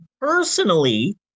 Personally